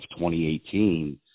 2018